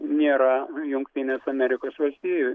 nėra jungtinės amerikos valstijų